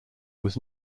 was